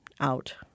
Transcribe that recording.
out